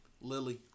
Lily